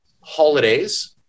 holidays